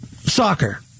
soccer